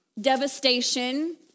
devastation